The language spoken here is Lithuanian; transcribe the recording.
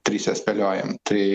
trise spėliojam tai